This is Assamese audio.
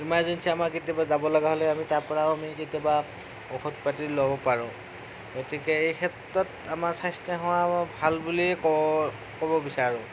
ইমাৰ্জেঞ্চি আমাৰ কেতিয়াবা যাবলগা হ'লে আমি তাৰ পৰাও আমি কেতিয়াবা ঔষধ পাতি ল'ব পাৰোঁ গতিকে এই ক্ষেত্ৰত আমাৰ স্বাস্থ্যসেৱা বৰ ভাল বুলিয়ে ক'ব ক'ব বিচাৰোঁ